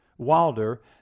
Wilder